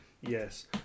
Yes